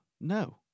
no